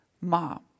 Mom